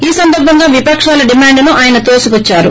ఈ సందర్బంగా విపకాల డిమాండ్ను ఆయన తోసి పుద్చారు